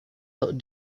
out